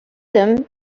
them